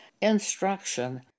instruction